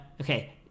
Okay